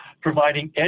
providing